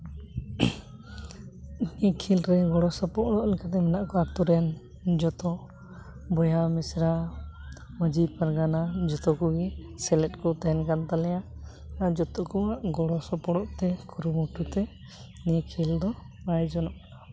ᱱᱤᱭᱟᱹ ᱠᱷᱮᱞ ᱨᱮ ᱜᱚᱲᱚ ᱥᱚᱯᱚᱦᱚᱫ ᱞᱮᱠᱟᱛᱮ ᱢᱮᱱᱟᱜ ᱠᱚᱣᱟ ᱟᱹᱛᱩ ᱨᱮᱱ ᱡᱚᱛᱚ ᱵᱚᱭᱦᱟ ᱢᱤᱥᱨᱟ ᱢᱟᱺᱡᱷᱤ ᱯᱟᱨᱜᱟᱱᱟ ᱡᱚᱛᱚ ᱠᱚᱜᱮ ᱥᱮᱞᱮᱫ ᱠᱚ ᱛᱟᱦᱮᱱ ᱠᱟᱱ ᱛᱟᱞᱮᱭᱟ ᱟᱨ ᱡᱚᱛᱚ ᱠᱚᱣᱟᱜ ᱜᱚᱲᱚᱼᱥᱚᱯᱚᱦᱚᱫ ᱛᱮ ᱠᱩᱨᱩᱢᱩᱴᱩ ᱛᱮ ᱱᱤᱭᱟᱹ ᱠᱷᱮᱞ ᱫᱚ ᱟᱭᱳᱡᱚᱱᱚᱜ ᱠᱟᱱᱟ